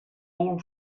all